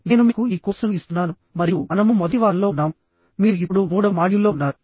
నేను మీకు ఈ కోర్సును ఇస్తున్నాను మరియు మనము మొదటి వారంలో ఉన్నాము మీరు ఇప్పుడు మూడవ మాడ్యూల్లో ఉన్నారు